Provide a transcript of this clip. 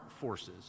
forces